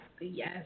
Yes